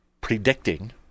predicting